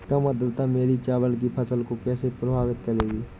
कम आर्द्रता मेरी चावल की फसल को कैसे प्रभावित करेगी?